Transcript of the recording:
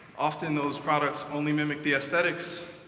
often, those products only mimic the aesthetics,